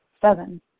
Seven